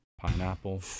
pineapple